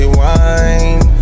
wine